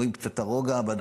רואים קצת את הרוגע בדרום.